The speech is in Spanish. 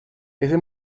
ese